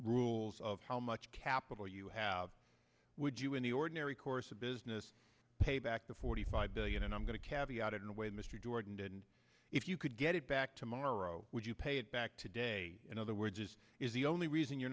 rules of how much capital you have would you in the ordinary course of business pay back the forty five billion and i'm going to carry out in a way mr jordan and if you could get it back tomorrow would you pay it back today in other words is is the only reason you're